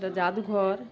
জাদুঘর